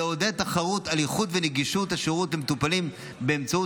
לעודד תחרות על איכות ונגישות השירות למטופלים באמצעות